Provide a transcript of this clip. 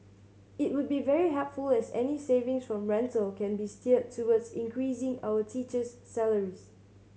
it would be very helpful as any savings from rental can be steered towards increasing our teacher's salaries